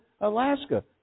Alaska